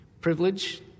privilege